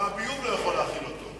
גם הביוב לא יכול להכיל אותו.